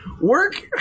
Work